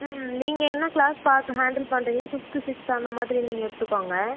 ம் நீங்கள் என்ன க்ளாஸ் பாக் ஹேண்டில் பண்றீங்களோ ஃபிஃப்த்து சிக்ஸ்த்து அந்த மாதிரி நீங்கள் எடுத்துக்கோங்க